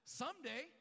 someday